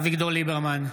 אביגדור ליברמן,